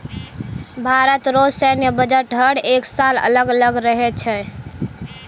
भारत रो सैन्य बजट हर एक साल अलग अलग रहै छै